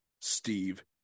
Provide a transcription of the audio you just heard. Steve